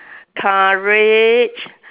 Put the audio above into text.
courage